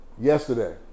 Yesterday